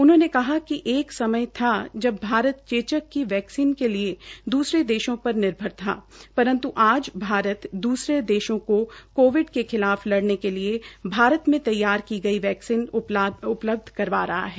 उन्होंने कहा कि एक समय था कि भारत चेचक की वैक्सीन के लिए दूसरे देशों पर निर्भर था परन्तु आज भारत दूसरे देशों के कोविड के खिलाफ लड़ने के लिए भारत से तैयार की गई वैक्सीन उपलब्ध करवा रहा है